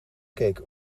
keek